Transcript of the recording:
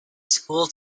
school